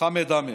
חמד עמאר.